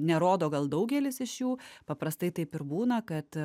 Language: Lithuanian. nerodo gal daugelis iš jų paprastai taip ir būna kad